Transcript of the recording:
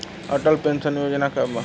Atal pension Yojana का बा?